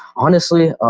honestly,